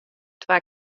twa